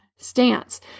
stance